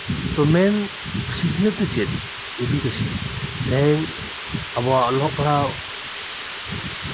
ᱢᱮᱱ ᱥᱤᱠᱷᱱᱟᱹᱛ ᱫᱚ ᱪᱮᱫ ᱮᱰᱩᱠᱮᱥᱮᱱ ᱛᱮᱦᱤᱧ ᱟᱵᱚᱣᱟᱜ ᱚᱞᱚᱜ ᱯᱟᱲᱦᱟᱣ